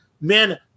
Man